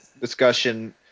discussion